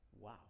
Wow